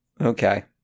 Okay